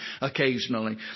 occasionally